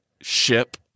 ship